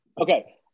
Okay